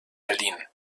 berlin